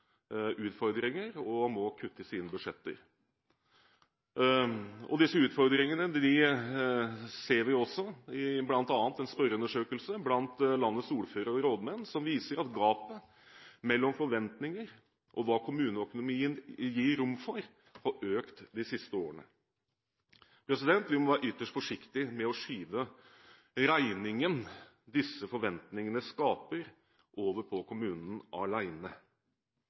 utfordringer og må kutte i sine budsjetter. Disse utfordringene ser vi bl.a. i en spørreundersøkelse blant landets ordførere og rådmenn som viser at gapet mellom forventninger og hva kommuneøkonomien gir rom for, har økt de siste årene. Vi må være ytterst forsiktige med å skyve regningen disse forventningene skaper, over på kommunen